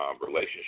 relationship